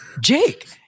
Jake